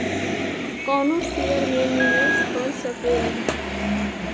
कवनो शेयर मे निवेश कर सकेल